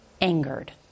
angered